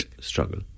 struggle